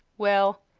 well,